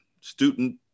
student